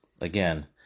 again